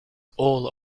all